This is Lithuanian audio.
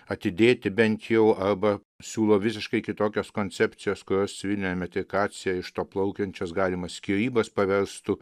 atidėti bent jau arba siūlo visiškai kitokias koncepcijos kurias civilinė metrikacija iš to plaukiančias galimas skyrybas paverstų